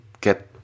get